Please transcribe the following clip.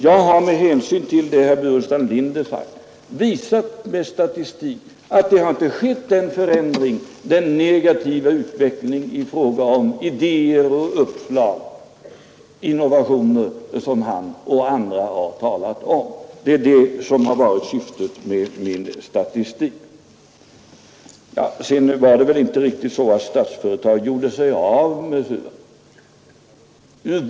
Jag har med hänvisning till det herr Burenstam Linder sagt med statistik visat att det inte har skett den förändring, den negativa utveckling i fråga om idéer, uppslag och innovationer som han och andra talat om. Det är det som varit syftet med min statistik. Sedan var det inte riktigt så att Statsföretag gjorde sig av med SUAB.